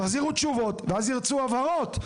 תחזירו תשובות ואז ירצו הבהרות.